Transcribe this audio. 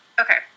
Okay